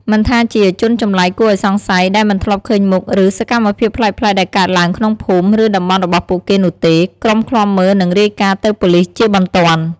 មិនថាជា ជនចម្លែកគួរឱ្យសង្ស័យ ដែលមិនធ្លាប់ឃើញមុខ ឬ សកម្មភាពប្លែកៗដែលកើតឡើងក្នុងភូមិ ឬតំបន់របស់ពួកគេនោះទេ ក្រុមឃ្លាំមើលនឹងរាយការណ៍ទៅប៉ូលិសជាបន្ទាន់។